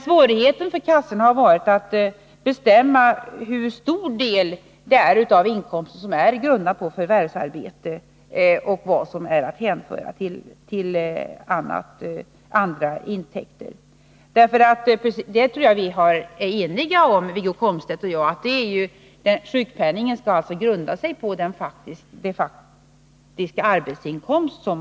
Svårigheten för kassorna har varit att bestämma hur stor del av inkomsten som är grundad på förvärvsarbete och vad som är att hänföra till andra intäkter. Jag tror att vi är eniga om, Wiggo Komstedt och jag, att sjukpenningen skall grunda sig på den faktiska arbetsinkomst man har.